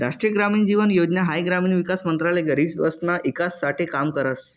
राष्ट्रीय ग्रामीण जीवन योजना हाई ग्रामीण विकास मंत्रालय गरीबसना ईकास साठे काम करस